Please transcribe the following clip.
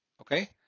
Okay